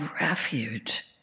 refuge